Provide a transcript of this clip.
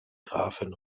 graphen